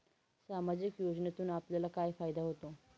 सामाजिक योजनेतून आपल्याला काय फायदा होतो?